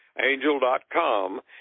angel.com